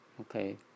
okay